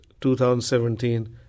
2017